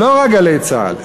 שלא רק "גלי צה"ל",